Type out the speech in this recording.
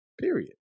Period